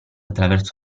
attraverso